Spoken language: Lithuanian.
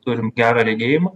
turim gerą regėjimą